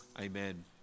Amen